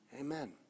Amen